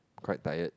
quite tired